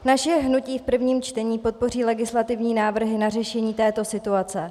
Naše hnutí v prvním čtení podpoří legislativní návrhy na řešení této situace.